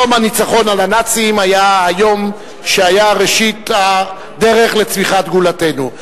יום הניצחון על הנאצים היה היום שהיה ראשית הדרך לצמיחת גאולתנו.